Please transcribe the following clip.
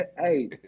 Hey